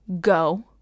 Go